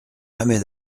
jamais